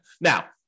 Now